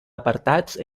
apartats